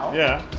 yeah.